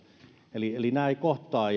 eli nämä eivät kohtaa